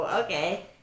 Okay